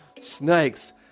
snakes